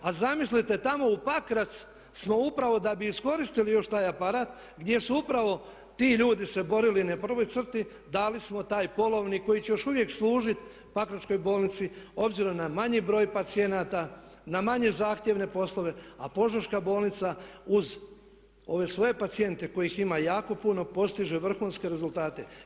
A zamislite tamo u Pakrac smo upravo da bi iskoristili još taj aparat gdje su upravo ti ljudi se borili na prvoj crti dali smo taj polovni koji će još uvijek služiti Pakračkoj bolnici obzirom na manji broj pacijenata, na manje zahtjevne poslove, a Požeška bolnica uz ove svoje pacijente kojih ima jako puno postiže vrhunske rezultate.